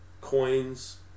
coins